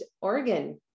Oregon